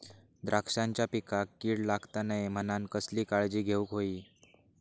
द्राक्षांच्या पिकांक कीड लागता नये म्हणान कसली काळजी घेऊक होई?